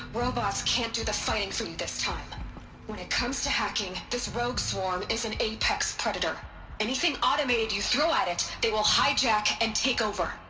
robots can't do the fighting for you this time when it comes to hacking, this rogue swarm is an apex predator anything automated you throw at it, it will hijack, and take over!